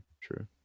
true